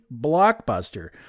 blockbuster